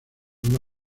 una